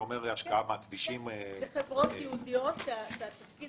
זה אומר השקעה בכבישים --- אלו חברות ייעודיות שהתפקיד